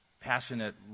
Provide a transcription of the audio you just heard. passionate